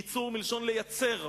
ייצור מלשון לייצר,